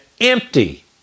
empty